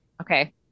okay